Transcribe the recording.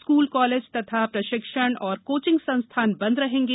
school college तथा प्रशिक्षण और कोचिंग संस्थान बंद रहेंगे